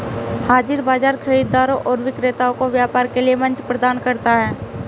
हाज़िर बाजार खरीदारों और विक्रेताओं को व्यापार के लिए मंच प्रदान करता है